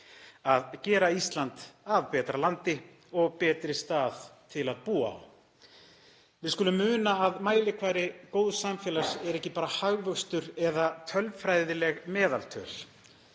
að gera Ísland að betra landi og betri stað til að búa á. Við skulum muna að mælikvarði góðs samfélags er ekki bara hagvöxtur eða tölfræðileg meðaltöl.